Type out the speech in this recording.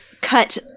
cut